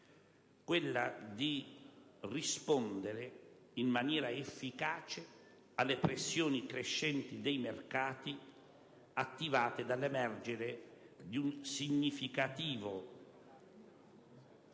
quella di rispondere in maniera efficace alle pressioni crescenti dei mercati, generate dall'emergere di un significativo *deficit*